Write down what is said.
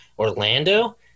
Orlando